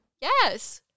yes